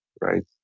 right